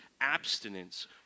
abstinence